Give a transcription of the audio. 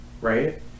right